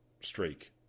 streak